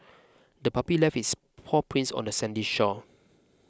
the puppy left its paw prints on the sandy shore